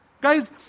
Guys